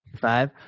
five